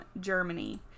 Germany